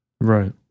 Right